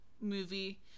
movie